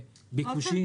ביקושים.